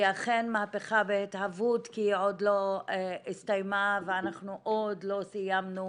והיא אכן מהפכה בהתהוות כי היא עוד לא הסתיימה ואנחנו עוד לא סיימנו